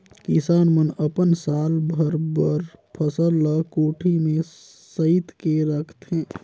किसान मन अपन साल भर बर फसल ल कोठी में सइत के रखथे